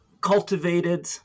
cultivated